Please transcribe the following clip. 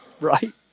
Right